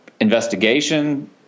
investigation